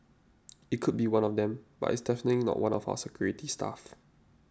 it could be one of them but it's definitely not one of our security staff